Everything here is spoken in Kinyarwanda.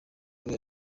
kuri